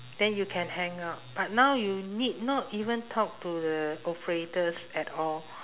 then you can hang up but now you need not even talk to the operators at all